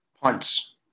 punts